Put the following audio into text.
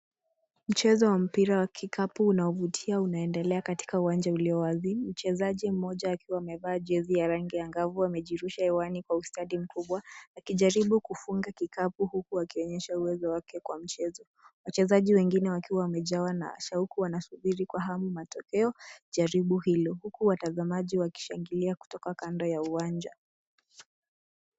Mchezo wa mpira wa kikapu unaovutia unaendelea katika uwanja ulio wazi. Mchezaji mmoja akiwa amevaa jezi ya rangi angavu amejirusha hewani kwa ustadi mkubwa akijaribu kufunguka kikapu huku akionyesha uwezo wake kwa mchezo. Wachezaji wengine wakiwa wamejawa na shauku wanasubiri kwa hamu matokeo jaribu hilo, huku watazamaji wakishangilia kutoka kando ya uwanja.